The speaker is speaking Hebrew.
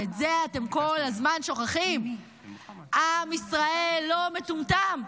ואת זה אתם כל הזמן שוכחים: עם ישראל לא מטומטם.